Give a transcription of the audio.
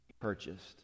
purchased